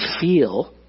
feel